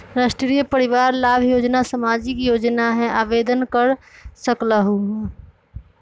राष्ट्रीय परिवार लाभ योजना सामाजिक योजना है आवेदन कर सकलहु?